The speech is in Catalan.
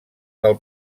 del